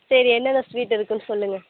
சரி என்னென்ன ஸ்வீட் இருக்குதுன்னு சொல்லுங்க